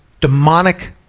demonic